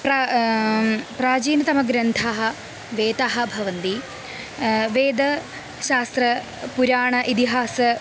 प्रा प्राचीनतमग्रन्थाः वेदाः भवन्ति वेदशास्त्रपुराणम् इतिहासः